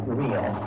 real